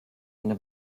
eine